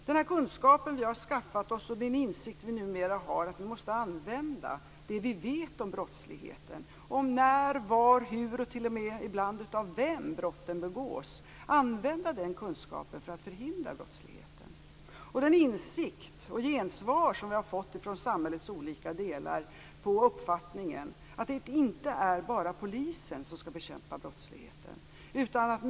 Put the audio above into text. Den kunskap vi har skaffat oss och den insikt vi numera har är att vi måste använda det vi vet om brottsligheten, om när, var, hur och ibland t.o.m. av vem brotten begås. Vi måste använda den kunskapen för att förhindra brottsligheten, liksom den insikt och det gensvar vi har fått från samhällets olika delar på uppfattningen att det inte är bara polisen som skall bekämpa brottsligheten.